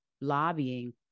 lobbying